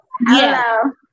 hello